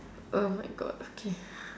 oh my god okay